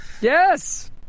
Yes